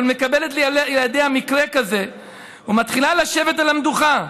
אבל מקבלת לידיה מקרה כזה ומתחילה לשבת על המדוכה.